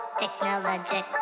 Technologic